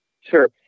Sure